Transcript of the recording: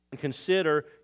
consider